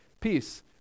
Peace